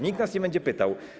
Nikt nas nie będzie pytał.